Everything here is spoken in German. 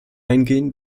eingehen